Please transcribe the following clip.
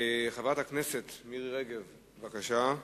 חברת הכנסת מירי רגב, בבקשה.